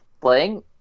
playing